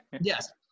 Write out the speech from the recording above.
yes